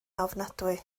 ofnadwy